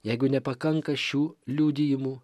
jeigu nepakanka šių liudijimų